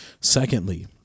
Secondly